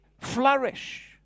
flourish